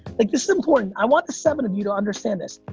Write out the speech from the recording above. like this is important, i want the seven of you to understand this.